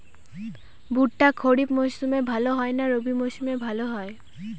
ভুট্টা খরিফ মৌসুমে ভাল হয় না রবি মৌসুমে ভাল হয়?